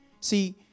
See